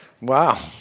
Wow